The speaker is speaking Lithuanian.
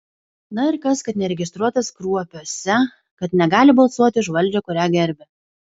na ir kas kad neregistruotas kruopiuose kad negali balsuoti už valdžią kurią gerbia